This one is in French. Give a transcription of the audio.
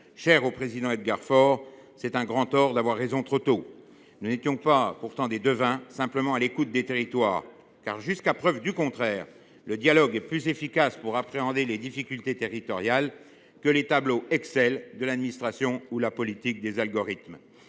cher au président Edgar Faure :« C’est un grand tort d’avoir raison trop tôt. » Nous n’étions pourtant pas des devins, mais simplement à l’écoute des territoires, car, jusqu’à preuve du contraire, le dialogue est plus efficace pour appréhender les difficultés territoriales que les tableaux Excel de l’administration ou la politique des algorithmes.